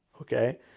okay